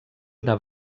una